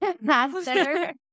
master